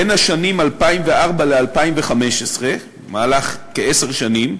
בין השנים 2004 ו-2015, במהלך כעשר שנים,